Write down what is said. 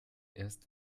erst